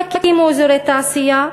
תקימו אזורי תעשייה,